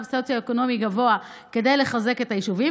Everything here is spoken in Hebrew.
סוציו-אקונומי גבוה כדי לחזק את היישובים.